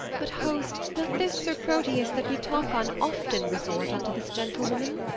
but, host, doth this sir proteus, that we talk on, often resort unto this gentlewoman?